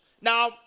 Now